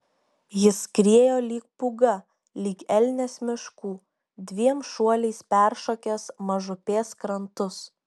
jis skriejo lyg pūga lyg elnias miškų dviem šuoliais peršokęs mažupės krantus